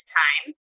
time